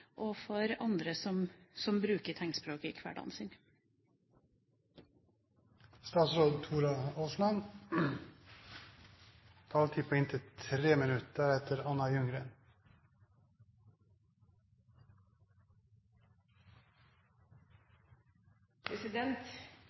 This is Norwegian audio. og for andre som bruker tegnspråk i hverdagen sin.